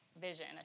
vision